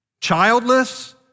childless